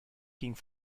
ging